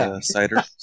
cider